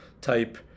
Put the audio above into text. type